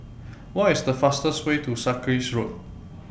What IS The fastest Way to Sarkies Road